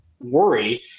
worry